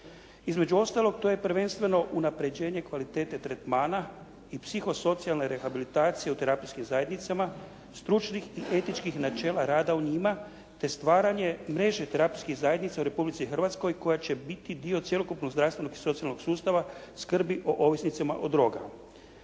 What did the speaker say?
Između ostalog to je prvenstveno unapređenje kvalitete tretmana i psihosocijalne rehabilitacije u terapijskim zajednicama, stručnih i etičkih načela rada u njima, te stvaranje mreže terapijskih zajednica u Republici Hrvatskoj koja će biti dio cjelokupnog zdravstvenog i socijalnog sustava skrbi o ovisnicima o drogama.